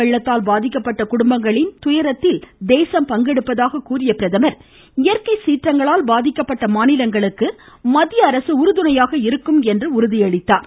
வெள்ளத்தால் பாதிக்கப்பட்ட குடும்பங்களின் துயரத்தில் தேசம் மழை பங்கெடுப்பதாக கூறிய பிரதமர் இயற்கை சீற்றங்களால் பாதிக்கப்பட்ட மாநிலங்களுக்கு மத்திய அரசு உறுதுணையாக இருக்கும் என்று அவர் உறுதியளித்தார்